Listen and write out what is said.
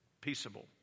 peaceable